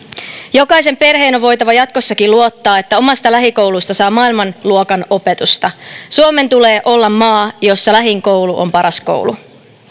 jokaisen perheen on voitava jatkossakin luottaa että omasta lähikoulusta saa maailmanluokan opetusta suomen tulee olla maa jossa lähin koulu on paras koulu